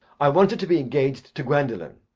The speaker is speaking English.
i wanted to be engaged to gwendolen,